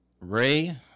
Ray